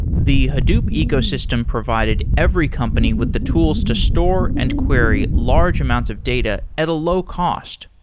the hadoop ecosystem provided every company with the tools to store and query large amounts of data at a low cost.